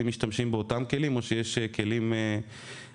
האם משתמשים באותם כלים או שיש כלים נוספים.